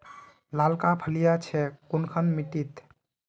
लालका फलिया छै कुनखान मिट्टी त?